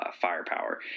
firepower